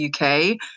UK